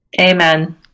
Amen